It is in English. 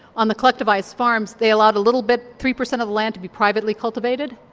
on the collectivised farms they allowed a little bit, three per cent of the land, to be privately cultivated,